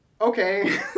okay